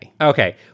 Okay